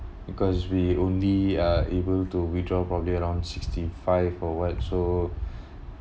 because we only are able to withdraw probably around sixty five or what so